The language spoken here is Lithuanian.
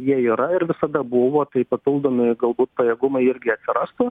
jie yra ir visada buvo tai papildomi galbūt pajėgumai irgi atsirastų